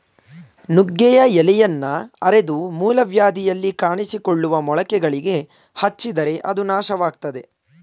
ನುಗ್ಗೆಯ ಎಲೆಯನ್ನ ಅರೆದು ಮೂಲವ್ಯಾಧಿಯಲ್ಲಿ ಕಾಣಿಸಿಕೊಳ್ಳುವ ಮೊಳಕೆಗಳಿಗೆ ಹಚ್ಚಿದರೆ ಅದು ನಾಶವಾಗ್ತದೆ